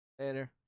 Later